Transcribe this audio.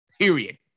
period